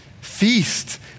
feast